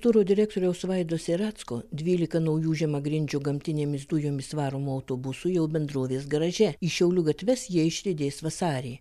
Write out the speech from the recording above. turo direktoriaus vaido seracko dvylika naujų žemagrindžių gamtinėmis dujomis varomų autobusų jau bendrovės garaže į šiaulių gatves jie išriedės vasarį